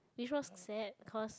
which was sad cause